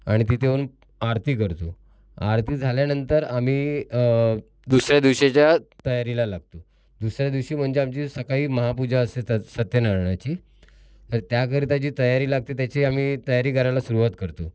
आणि तिथे येऊन आरती करतो आरती झाल्यानंतर आम्ही दुसऱ्या दिवशीच्या तयारीला लागतो दुसऱ्या दिवशी म्हणजे आमची सकाळी महापूजा असते स् सत्यनारायणाची तर त्याकरिता जी तयारी लागते त्याची आम्ही तयारी करायला सुरुवात करतो